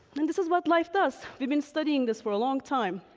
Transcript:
and this is what life does. we've been studying this for a long time,